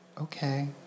okay